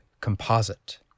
composite